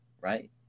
right